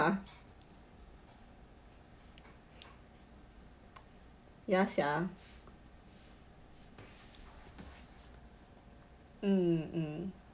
ah ya sia mm mm